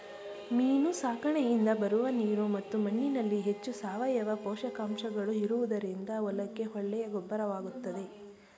ಮೀನು ಸಾಕಣೆಯಿಂದ ಬರುವ ನೀರು ಮತ್ತು ಮಣ್ಣಿನಲ್ಲಿ ಹೆಚ್ಚು ಸಾವಯವ ಪೋಷಕಾಂಶಗಳು ಇರುವುದರಿಂದ ಹೊಲಕ್ಕೆ ಒಳ್ಳೆಯ ಗೊಬ್ಬರವಾಗುತ್ತದೆ